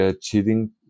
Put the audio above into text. cheating